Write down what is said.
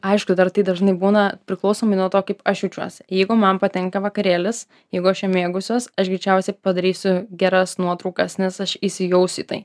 aišku dar tai dažnai būna priklausomai nuo to kaip aš jaučiuosi jeigu man patinka vakarėlis jeigu aš juo mėgausiuos aš greičiausiai padarysiu geras nuotraukas nes aš įsijausiu į tai